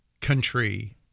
country